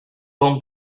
bon